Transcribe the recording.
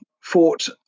fought